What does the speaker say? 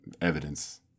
evidence